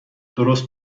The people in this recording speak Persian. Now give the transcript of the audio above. درست